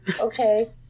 okay